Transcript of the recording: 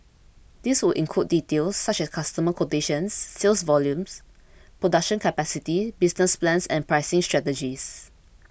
this would include details such as customer quotations sales volumes production capacities business plans and pricing strategies